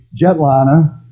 jetliner